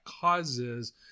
causes